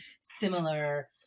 similar